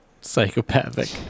psychopathic